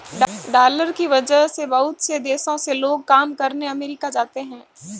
dollar की वजह से बहुत से देशों से लोग काम करने अमरीका जाते हैं